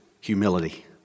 humility